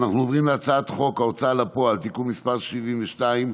אנחנו עוברים להצעת חוק ההוצאה לפועל (תיקון מס' 72)